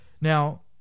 Now